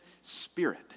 spirit